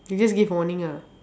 they just give warning ah